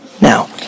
now